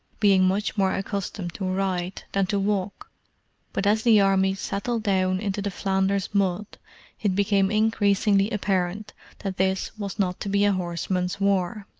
being much more accustomed to ride than to walk but as the armies settled down into the flanders mud it became increasingly apparent that this was not to be a horseman's war,